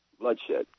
bloodshed